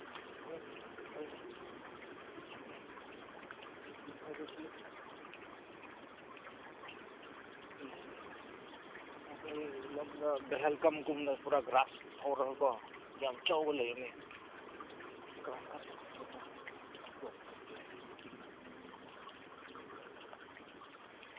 ꯍꯣꯏꯅꯦ ꯍꯣꯏꯅꯦ ꯆꯨꯝꯃꯦ ꯃꯈꯣꯏꯗꯁꯨ ꯎꯝ ꯃꯈꯣꯏ ꯂꯝꯗ ꯚꯦꯜꯒꯝꯒꯨꯝꯅ ꯄꯨꯔꯥ ꯒ꯭ꯔꯥꯁ ꯊꯣꯛꯔꯒꯀꯣ ꯌꯥꯝ ꯆꯥꯎꯕ ꯂꯩꯕꯅꯦ ꯒ꯭ꯔꯥꯁ ꯀꯥꯞꯄ ꯐꯒꯗ꯭ꯔꯥ ꯑꯗꯨꯁꯨ ꯀꯣꯏꯕ ꯆꯠꯄ ꯌꯥꯏ